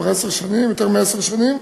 כבר יותר מעשר שנים.